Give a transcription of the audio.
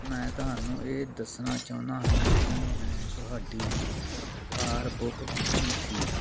ਮੈਂ ਤੁਹਾਨੂੰ ਇਹ ਦੱਸਣਾ ਚਾਹੁੰਦਾ ਹਾਂ ਕਿ ਮੈਂ ਤੁਹਾਡੀ ਕਾਰ ਬੁੱਕ ਕੀਤੀ ਸੀ